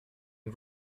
une